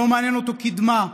לא מעניינת אותו קדמה,